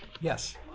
Yes